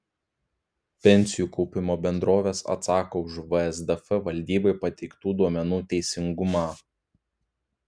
pensijų kaupimo bendrovės atsako už vsdf valdybai pateiktų duomenų teisingumą